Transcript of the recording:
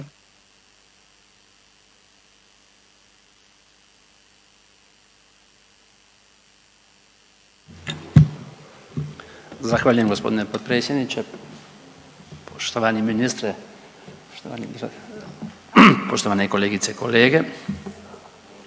Zahvaljujem gospodine potpredsjedniče, poštovani ministre, poštovane kolegice i kolege.